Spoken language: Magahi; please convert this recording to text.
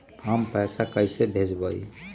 हम पैसा कईसे भेजबई?